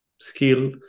skill